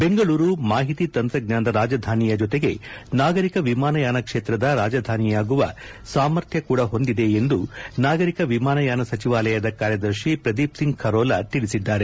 ಬೆಂಗಳೂರು ಮಾಹಿತಿ ತಂತ್ರಜ್ಞಾನದ ರಾಜಧಾನಿಯ ಜೊತೆಗೆ ನಾಗರಿಕ ವಿಮಾನಯಾನ ಕ್ಷೇತ್ರದ ರಾಜಧಾನಿಯಾಗುವ ಸಾಮರ್ಥ್ಯ ಕೂಡ ಹೊಂದಿದೆ ಎಂದು ನಾಗರಿಕ ವಿಮಾನಯಾನ ಸಚಿವಾಲಯದ ಕಾರ್ಯದರ್ಶಿ ಪ್ರದೀಪ್ ಸಿಂಗ್ ಖರೋಲಾ ತಿಳಿಸಿದ್ದಾರೆ